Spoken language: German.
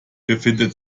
befindet